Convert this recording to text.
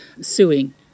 suing